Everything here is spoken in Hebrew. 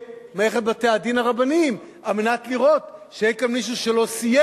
למערכת בתי-הדין הרבניים על מנת לראות שאין כאן מישהו שלא סיים